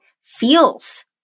feels